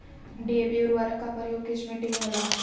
DAP उर्वरक का प्रयोग किस मिट्टी में होला?